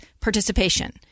participation